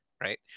right